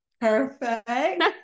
Perfect